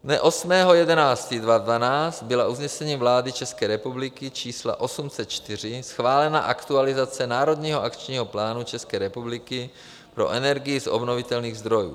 Dne 8. 11. 2012 byla usnesením vlády České republiky č. 804 schválena aktualizace Národního akčního plánu České republiky pro energii z obnovitelných zdrojů.